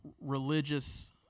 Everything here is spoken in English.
religious